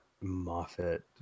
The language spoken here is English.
Moffat